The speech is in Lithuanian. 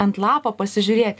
ant lapo pasižiūrėt